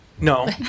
No